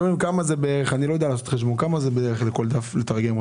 כמה עולה בערך לתרגם כל דף?